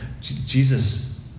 Jesus